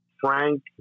Frank